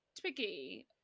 Twiggy